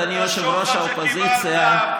אדוני ראש האופוזיציה,